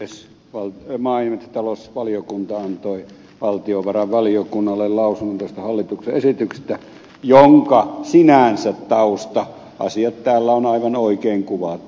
maa ja metsätalousvaliokunta antoi valtiovarainvaliokunnalle lausunnon tästä hallituksen esityksestä jonka tausta asiat täällä on sinänsä aivan oikein kuvattu